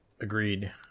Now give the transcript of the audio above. Agreed